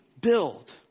build